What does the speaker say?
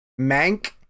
Mank